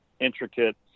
intricate